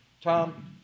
Tom